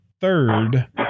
third